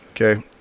Okay